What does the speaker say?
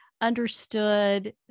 understood